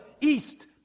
east